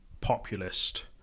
populist